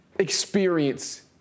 Experience